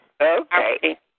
Okay